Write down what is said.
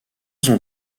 son